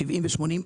70 ו-80,